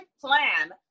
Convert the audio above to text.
plan